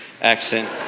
accent